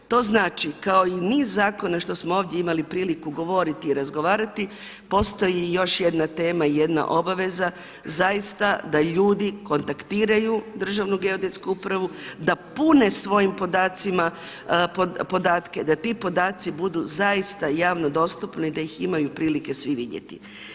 To znači kao i niz zakona što smo ovdje imali priliku govoriti i razgovarati postoji i još jedna tema, jedna obaveza zaista da ljudi kontaktiraju državnu geodetsku upravu, da pune svojim podacima podatke, da bi podaci budu zaista javno dostupni i da ih imaju svi prilike vidjeti.